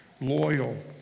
loyal